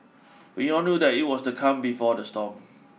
we all knew that it was the calm before the storm